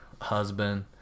husband